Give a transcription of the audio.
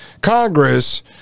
congress